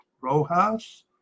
Rojas